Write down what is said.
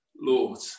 lord